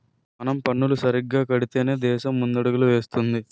మనం పన్నులు సరిగ్గా కడితేనే దేశం ముందడుగులు వేస్తుంది